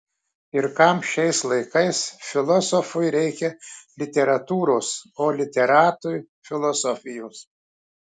ir kam šiais laikais filosofui reikia literatūros o literatui filosofijos